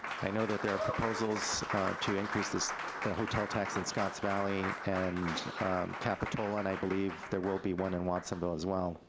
i know that there are proposals to increase this hotel tax in scotts valley and capitola, and i believe there will be one in watsonville as well.